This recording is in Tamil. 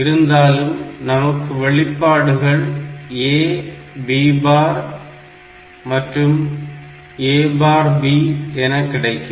இருந்தாலும் நமக்கு வெளிப்பாடுகள் A B பார் மற்றும் A பார் B என கிடைக்கும்